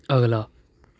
ਅਗਲਾ